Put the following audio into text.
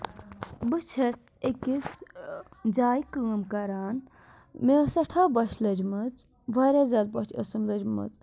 بہٕ چھَس أکِس جایہِ کٲم کَران مےٚ ٲس سٮ۪ٹھاہ بۄچھہِ لٔجمٕژ واریاہ زیادٕ بۄچھہِ ٲسٕم لٔجمٕژ